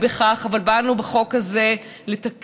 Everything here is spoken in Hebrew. אולי הורגלנו בכך, אבל באנו בחוק הזה לתקן.